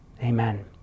amen